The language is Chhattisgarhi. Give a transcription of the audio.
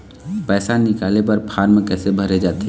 पैसा निकाले बर फार्म कैसे भरे जाथे?